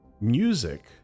music